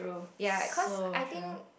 ya cause I think